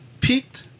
picked